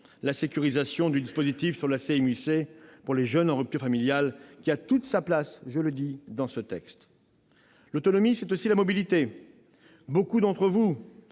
la sécurisation du dispositif de la CMU-C pour les jeunes en rupture familiale ; cette mesure a toute sa place dans ce texte. L'autonomie, c'est aussi la mobilité. Beaucoup d'entre vous